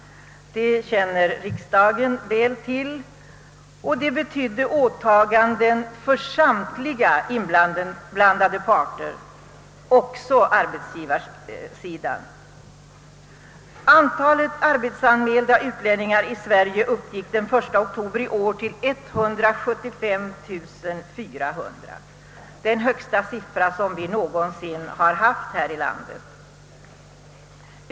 Detta känner riksdagen väl till. Det betydde åtaganden för samtliga inblandade parter — också arbetsgivarsidan. Antalet arbetsanmälda utlänningar i Sverige uppgick den 1 oktober i år till 175400 — den högsta siffra härvidlag som vi någonsin haft.